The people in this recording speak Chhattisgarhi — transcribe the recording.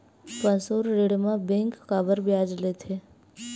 पशु ऋण म बैंक काबर ब्याज लेथे?